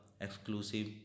exclusive